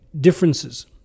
differences